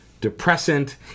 depressant